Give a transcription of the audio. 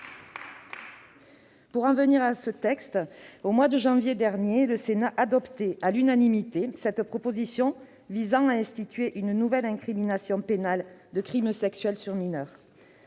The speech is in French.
J'en viens au texte. Au mois de janvier dernier, le Sénat adoptait à l'unanimité cette proposition de loi visant à instituer une nouvelle incrimination pénale de crime sexuel sur mineur.